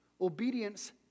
obedience